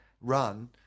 run